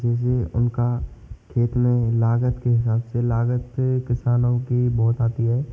जिससे उनके खेत में लागत के हिसाब से लागत किसानों की बहुत आती है